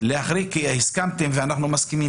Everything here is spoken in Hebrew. להחריג את בתי התפילה.